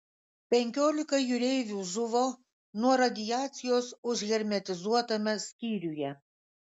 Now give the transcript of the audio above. penkiolika jūreivių žuvo nuo radiacijos užhermetizuotame skyriuje